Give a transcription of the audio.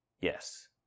Yes